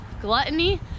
gluttony